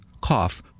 cough